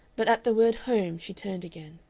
but at the word home she turned again.